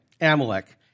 Amalek